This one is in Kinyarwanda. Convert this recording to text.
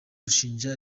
rushinja